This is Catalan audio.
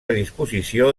disposició